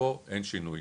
פה אין שינוי.